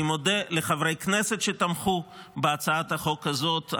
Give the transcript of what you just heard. אני מודה לחברי הכנסת שתמכו בהצעת החוק הזאת,